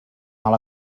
mal